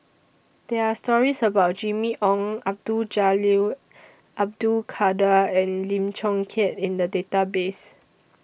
There Are stories about Jimmy Ong Abdul Jalil Abdul Kadir and Lim Chong Keat in The Database